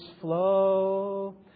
flow